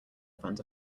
front